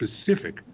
specific